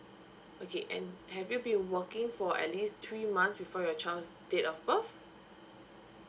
okay and have you been working for at least three months before your child's date of birth